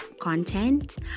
content